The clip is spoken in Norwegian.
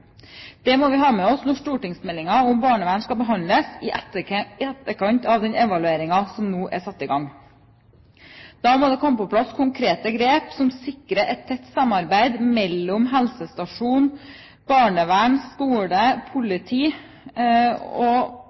Det må vi ha med oss når stortingsmeldingen om barnevern skal behandles i etterkant av den evalueringen som nå er satt i gang. Da må det komme på plass konkrete grep som sikrer et tett samarbeid mellom helsestasjon, barnevern, skole og politi.